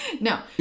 No